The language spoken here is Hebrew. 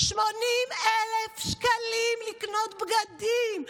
80,000 שקלים לקנות בגדים.